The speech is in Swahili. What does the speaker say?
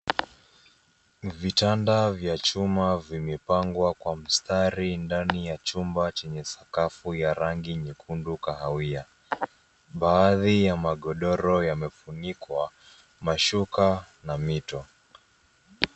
Vitanda vya chuma vimepangwa kwa mstari ndani ya chumba chenye sakafu ya rangi nyekundu kahawia. Baadhi ya magodoro yamefunikwa mashuka na mito.